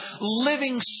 living